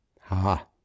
Ha